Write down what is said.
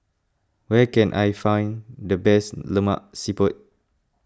where can I find the best Lemak Siput